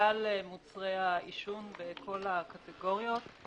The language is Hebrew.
-- לכלל מוצרי העישון, בכל הקטגוריות.